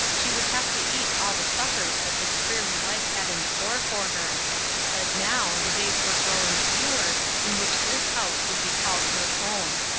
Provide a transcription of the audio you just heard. she would have to eat all the suppers that this dreary life had in store for her but now, the days were growing fewer in which this house would be called her home.